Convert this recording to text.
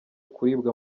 kuribwa